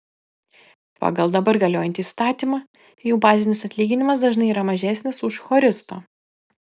pagal dabar galiojantį įstatymą jų bazinis atlyginimas dažnai yra mažesnis už choristo